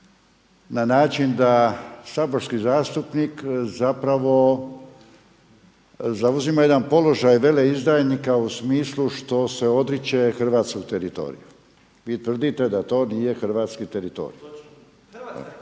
na način da saborski zastupnik zapravo zauzima jedan položaj veleizdajnika u smislu što se odriče hrvatskog teritorija. Vi tvrdite da to nije hrvatski teritorij. To ja